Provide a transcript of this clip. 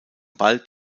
bald